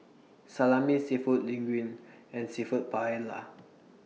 Salami Seafood Linguine and Seafood Paella